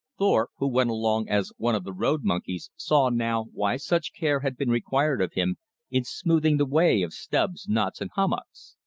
thorpe, who went along as one of the road monkeys, saw now why such care had been required of him in smoothing the way of stubs, knots, and hummocks.